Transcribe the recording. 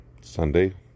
Sunday